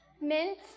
Mint